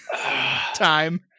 Time